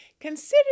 Consider